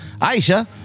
Aisha